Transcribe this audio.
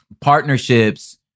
partnerships